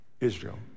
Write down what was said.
Israel